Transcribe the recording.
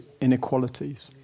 inequalities